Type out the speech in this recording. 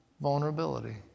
vulnerability